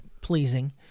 pleasing